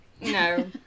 no